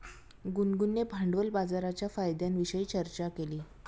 गुनगुनने भांडवल बाजाराच्या फायद्यांविषयी चर्चा केली